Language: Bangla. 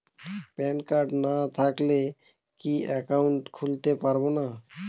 প্যান কার্ড না থাকলে কি একাউন্ট খুলতে পারবো না?